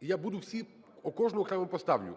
і я буду всі, кожну окремо поставлю.